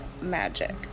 magic